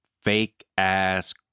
fake-ass